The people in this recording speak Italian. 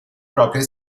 proprie